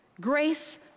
grace